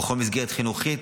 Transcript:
בכל מסגרת חינוכית.